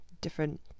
different